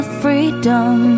freedom